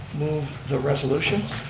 move the recommendation.